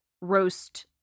roast